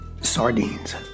sardines